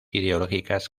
ideológicas